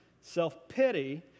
Self-pity